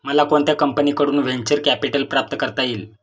मला कोणत्या कंपनीकडून व्हेंचर कॅपिटल प्राप्त करता येईल?